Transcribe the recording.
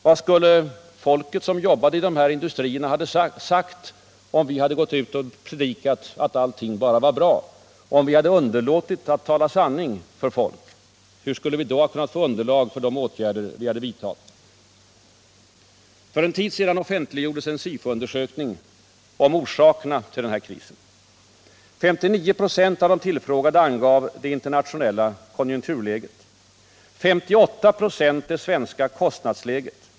Vad skulle folk som jobbade i de här industrierna ha sagt om vi gått ut och predikat att allt bara var bra, om vi underlåtit att tala om sanningen för folk? Hur skulle vi då ha kunnat få underlag för de åtgärder vi vidtog? För en tid sedan offentliggjordes en SIFO-undersökning om orsakerna till krisen. 59 96 av de tillfrågade angav det internationella konjunkturläget, 58 96 det svenska kostnadsläget.